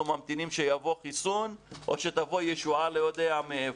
ממתינים שיבוא חיסון או שתבוא ישועה לא יודע מאיפה.